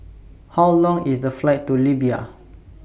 How Long IS The Flight to Libya